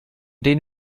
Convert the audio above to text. denen